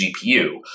GPU